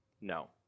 No